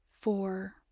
four